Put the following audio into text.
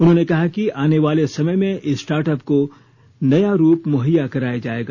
उन्होंने कहा कि आने वाले समय में स्टार्टअप को नया रूप मुहैया कराया जाएगा